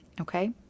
Okay